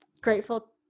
grateful